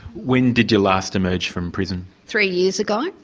when did you last emerge from prison? three years ago.